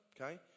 okay